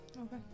Okay